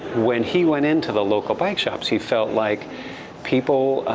when he went into the local bike shops, he felt like people,